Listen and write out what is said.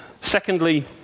Secondly